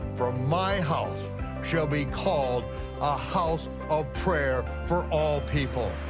for my house shall be called a house of prayer for all people.